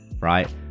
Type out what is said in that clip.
right